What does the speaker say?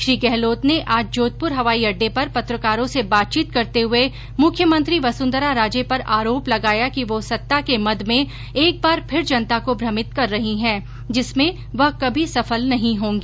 श्री गहलोत ने आज जोधपुर हवाई अड्डे पर पत्रकारों से बातचीत करते हुये मुख्यमंत्री वसुंधरा राजे पर आरोप लगाया कि वह सत्ता के मद में एक बार फिर जनता को भ्रमित कर रही है जिसमें वह कभी सफल नहीं होंगी